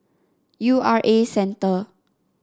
U R A Centre